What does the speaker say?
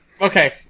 okay